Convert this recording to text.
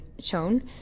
Shown